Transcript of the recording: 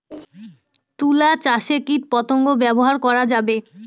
তুলা চাষে কীটপতঙ্গ ব্যবহার করা যাবে?